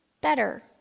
better